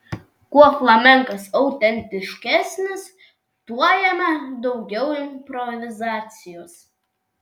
kuo flamenkas autentiškesnis tuo jame daugiau improvizacijos